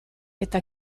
eta